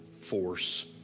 force